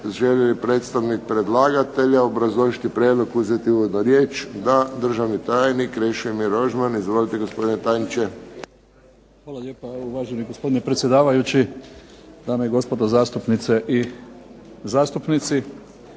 Hvala lijepa uvaženi gospodine predsjedavajući, dame i gospodo zastupnice i zastupnici.